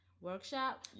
workshop